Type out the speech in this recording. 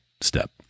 step